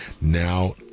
Now